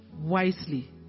wisely